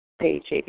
page